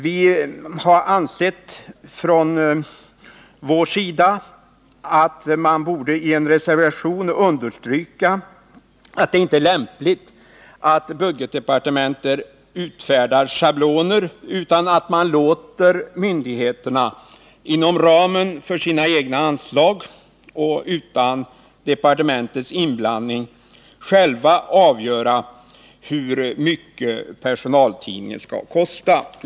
Från vår sida har vi ansett oss böra i en reservation understryka att det inte är lämpligt att budgetdepartementet utfärdar schabloner, utan man bör låta myndigheterna inom ramen för de egna anslagen och utan departementets inblandning själva avgöra hur mycket en personaltidning skall kosta.